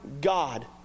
God